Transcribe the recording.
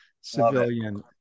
civilian